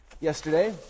yesterday